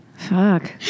Fuck